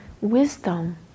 wisdom